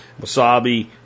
wasabi